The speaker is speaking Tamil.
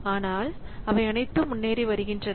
ஆனால் அவை அனைத்தும் முன்னேறி வருகின்றன